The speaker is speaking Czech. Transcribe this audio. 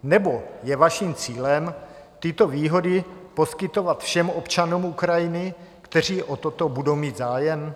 Nebo je vašim cílem tyto výhody poskytovat všem občanům Ukrajiny, kteří o toto budou mít zájem?